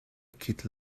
quitte